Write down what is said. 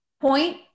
point